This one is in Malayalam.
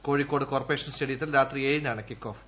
കോഴിക്കോട് കോർപ്പറേഷൻ സ്റ്റേഡിയത്തിൽ രാത്രി ഏഴിനാണ് കിക്കോഫ്